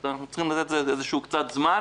אז אנחנו צריכים לתת לזה קצת זמן,